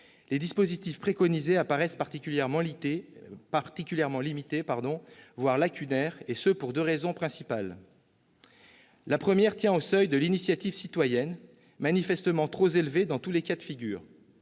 les dispositifs préconisés paraissent particulièrement limités, voire lacunaires, et ce pour deux raisons principales. La première tient aux seuils de l'initiative citoyenne, manifestement trop élevés dans tous les cas de figure.